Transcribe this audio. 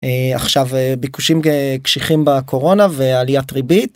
עכשיו ביקושים קשיחים בקורונה ועליית ריבית.